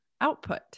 output